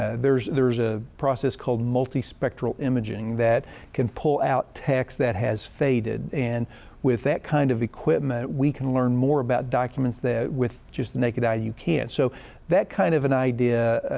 ah there's, there's a process called multi-spectral imaging that can pull out text that has faded. and with that kind of equipment we can learn more about documents that with just naked eye you can't. so that kind of an idea,